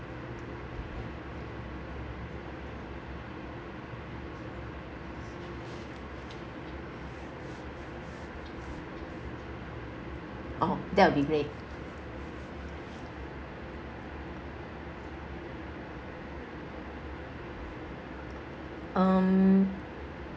oh that will be great um